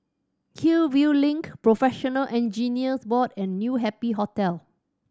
Hillview Link Professional Engineers Board and New Happy Hotel